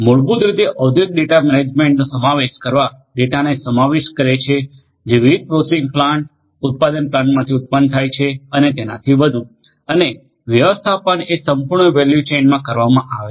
મૂળભૂત રીતે ઔદ્યોગિક ડેટા મેનેજમેન્ટ નો સમાવેશ કરવા ડેટાને સમાવિષ્ટ કરે છે જે વિવિધ પ્રોસેસિંગ પ્લાન્ટ ઉત્પાદન પ્લાન્ટમાંથી ઉત્પન્ન થાય છે અને તેનાથી વધુ અને વ્યવસ્થાપનએ સંપૂર્ણ વૅલ્યુ ચેનમા કરવામાં આવે છે